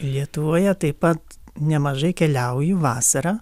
lietuvoje taip pat nemažai keliauju vasarą